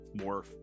more